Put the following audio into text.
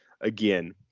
again